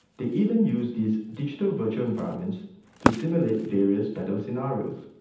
they even use these digital virtual environments to simulate various battle scenarios.